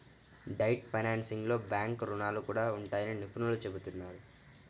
debt ఫైనాన్సింగ్లో bank రుణాలు కూడా ఉంటాయని నిపుణులు చెబుతున్నారు